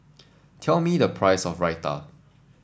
tell me the price of Raita